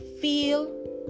feel